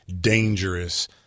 dangerous